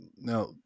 now